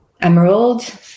Emerald